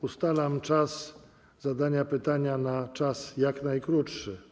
Ustalam czas zadania pytania na czas jak najkrótszy.